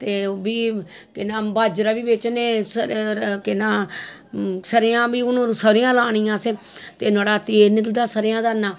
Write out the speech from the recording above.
ते ओह् बी केह् नां बाजरा बी बेचने केह् नां सरेंआं बी हून सरेंआं लानी असें ते नोह्ड़ा तेल निकलदा सरेंआं दा इन्ना